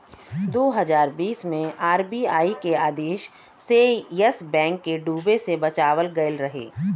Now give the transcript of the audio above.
दू हज़ार बीस मे आर.बी.आई के आदेश से येस बैंक के डूबे से बचावल गएल रहे